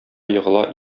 егыла